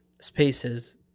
spaces